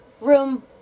room